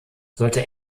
sollte